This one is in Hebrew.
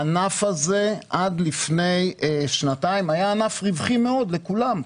הענף הזה עד לפני שנתיים היה ענף רווחי מאוד לכולם,